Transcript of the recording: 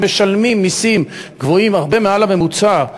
שמשלמים מסים גבוהים הרבה מעל הממוצע,